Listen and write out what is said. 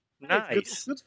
Nice